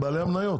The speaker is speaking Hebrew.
בעלי המניות.